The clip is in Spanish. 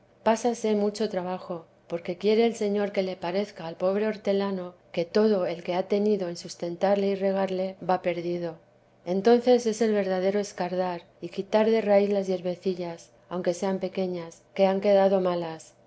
pásase mucho trabajo porque quiere el señor que le parezca al pobre hortelano que todo el que ha tenido en sustentarle y regarle va perdido entonces es el verdadero escardar y quitar de raíz las hierbecillas aunque sean pequeñas que han quedado malas